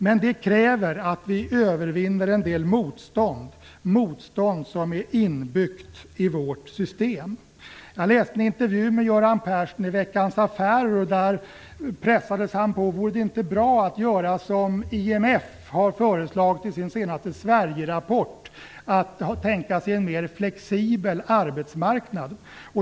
Men det kräver att vi övervinner en del motstånd, som är inbyggt i vårt system. Jag läste en intervju med Göran Persson i Veckans Affärer. Där pressas han på om det inte vore bra att göra som IMF har föreslagit i sin senaste Sverigerapport - att tänka sig en mer flexibel arbetsmarknad.